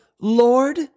Lord